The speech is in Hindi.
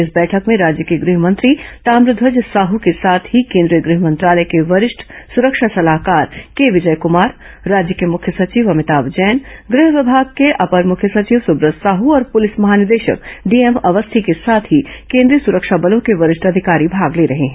इस बैठक में राज्य के गृह मंत्री ताम्रध्वज साह के साथ ही केंद्रीय गृह मंत्रालय के वरिष्ठ सुरक्षा सलाहकार के विजय कमार राज्य के मुख्य सचिव अभिताम जैन गृह विमाग के अपर मुख्य सचिव सुब्रत साहू और पुलिस महानिदेशक डीएम अवस्थी के साथ ही केंद्रीय सुरक्षा बलों के वरिष्ठ अधिकारी भाग ले रहे हैं